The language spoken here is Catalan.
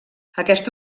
aquest